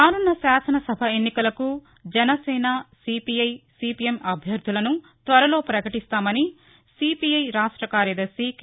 రానున్న శాసనసభ ఎన్నికలకు జనసేన సిపిఐ సిపిఎం అభ్యర్గులను త్వరలో పకటిస్తామని సిపిఐ రాష్ట కార్యదర్శి కె